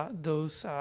ah those,